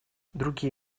другие